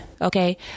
okay